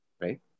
Right